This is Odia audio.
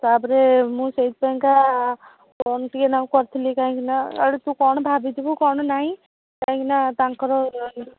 ତା'ପରେ ମୁଁ ସେଇଥି ପାଇଁକା ଫୋନ୍ ଟିକେନାକୁ କରିଥିଲି କାହିଁକି ନା କାଳେ ତୁ କ'ଣ ଭାବି ଥିବୁ କ'ଣ ନାଇଁ କାହିଁକି ନା ତାଙ୍କର